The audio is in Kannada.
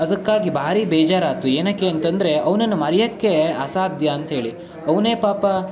ಅದಕ್ಕಾಗಿ ಭಾರೀ ಬೇಜಾರಾಯ್ತು ಏನಕ್ಕೆ ಅಂತಂದರೆ ಅವ್ನನ್ನು ಮರೆಯಕ್ಕೆ ಅಸಾಧ್ಯ ಅಂತೇಳಿ ಅವನೇ ಪಾಪ